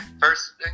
first